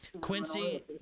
Quincy